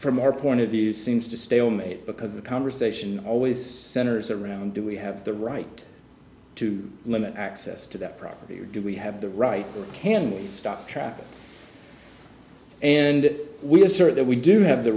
from our point of view seems to stalemate because the conversation always centers around do we have the right to limit access to that property or do we have the right can we stop traffic and we assert that we do have the